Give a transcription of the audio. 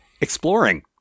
exploring